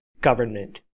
Government